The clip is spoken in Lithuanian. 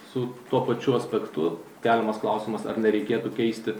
su tuo pačiu aspektu keliamas klausimas ar nereikėtų keisti